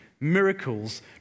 Miracles